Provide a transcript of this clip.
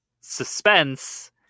Suspense